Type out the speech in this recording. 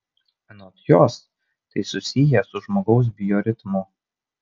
anot jos tai susiję su žmogaus bioritmu